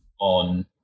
on